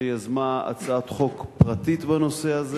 שיזמה הצעת חוק פרטית בנושא הזה